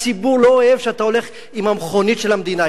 הציבור לא אוהב שאתה הולך עם המכונית של המדינה,